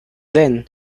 then